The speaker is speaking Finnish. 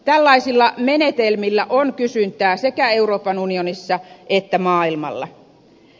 tällaisilla menetelmillä on kysyntää sekä euroopan unionissa että maailmalla